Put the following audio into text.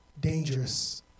dangerous